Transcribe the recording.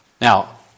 Now